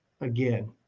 again